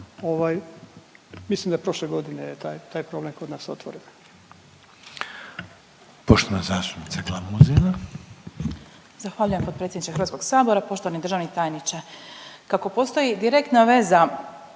mislim da prošle godine je taj problem kod nas otvoren.